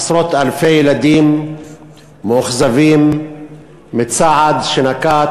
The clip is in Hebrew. עשרות-אלפי ילדים מאוכזבים מצעד שנקט